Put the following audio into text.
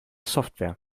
software